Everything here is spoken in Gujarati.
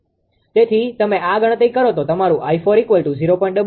તેથી તમે આ ગણતરી કરો તો તમારું 𝑖40